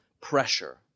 pressure